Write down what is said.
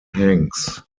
hanks